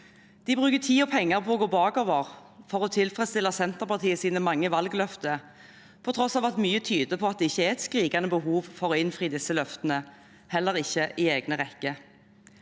De bruker tid og penger på å gå bakover for å tilfredsstille Senterpartiets mange valgløfter, på tross av at mye tyder på at det ikke er et skrikende behov for å innfri disse løftene, heller ikke i egne rekker.